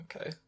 Okay